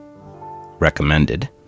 recommended